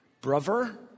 Brother